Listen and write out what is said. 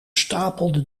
stapelde